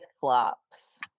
flops